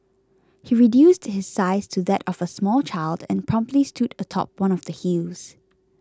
he reduced his size to that of a small child and promptly stood atop one of the hills